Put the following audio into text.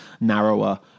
narrower